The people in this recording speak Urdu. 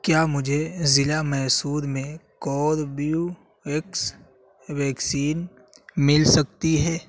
کیا مجھے ضلع میسور میں کوربیو ایکس ویکسین مل سکتی ہے